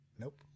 nope